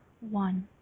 one